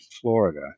Florida